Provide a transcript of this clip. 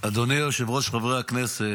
אדוני היושב-ראש, חברי הכנסת,